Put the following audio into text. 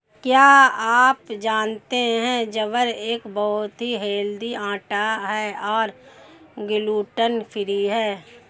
क्या आप जानते है ज्वार एक बहुत ही हेल्दी आटा है और ग्लूटन फ्री है?